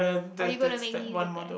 or you gonna make me look at